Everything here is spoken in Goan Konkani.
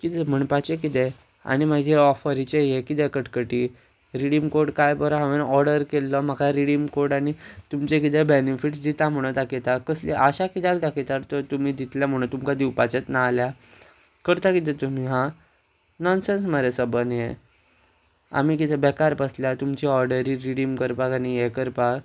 कितें म्हणपाचें कितें आनी मागीर ऑफरीचें हें कितें कटकटी रिडीम कोड कांय बरो हांवेन ऑर्डर केल्लो म्हाका रिडीम कोड आनी तुमचे कितें बेनिफीट्स दिता म्हणून दाखयता कसली आशा किद्याक दाखयता तर तुमी दितले म्हणून तुमकां दिवपाचेंच ना जाल्यार करता कितें तुमी हां नॉनसन्स मरे हें आमी कितें बेकार बसल्या तुमची ऑर्डरी रिडीम करपाक आनी हें करपाक